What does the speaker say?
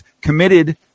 committed